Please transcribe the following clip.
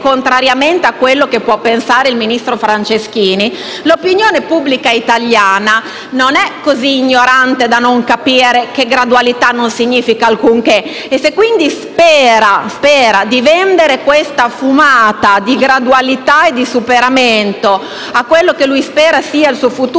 a quello che può pensare il ministro Franceschini, l'opinione pubblica italiana non è così ignorante da non capire che la gradualità non significa alcunché; se quindi spera di vendere questa fumata (di gradualità e superamento) a quello che lui spera sia il suo futuro